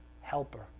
helper